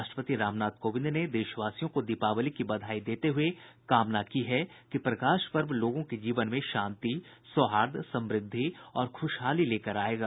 राष्ट्रपति रामनाथ कोविंद ने देशवासियों को दीपावली की बधाई देते हुये कामना की है कि प्रकाश पर्व लोगों के जीवन में शांति सौहार्द समृद्धि और खुशहाली लेकर आयेगा